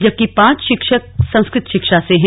जबकि पांच शिक्षक संस्कृत शिक्षा से हैं